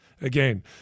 Again